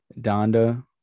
Donda